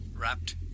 wrapped